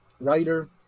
writer